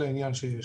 כפיים.